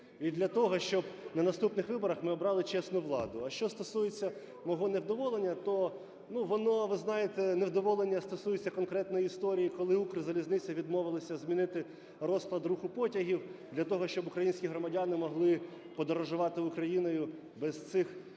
і для того, щоб на наступних виборах ми обрали чесну владу. А що стосується мого невдоволення, то, ну, ви знаєте, невдоволення стосується конкретної історії, коли "Укрзалізниця" відмовилась змінити розклад руху потягів для того, щоб українські громадяни могли подорожувати Україною без цих численних